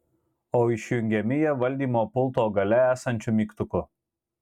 o išjungiami jie valdymo pulto gale esančiu mygtuku